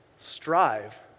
strive